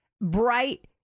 bright